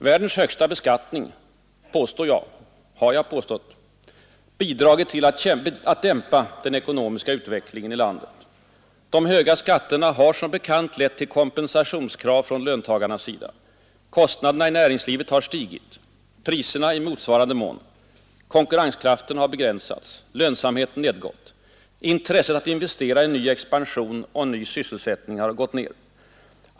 Världens högsta beskattning har, påstår jag, bidragit till att dämpa den ekonomiska utvecklingen i vårt land. De höga skatterna har som bekant lett till kompensationskrav från löntagarnas sida. Kostnaderna i näringslivet har stigit, priserna i motsvarande mån. Konkurrenskraften har begränsats. Lönsamheten har nedgått. Intresset att investera i ny expansion och ny sysselsättning har gått ned.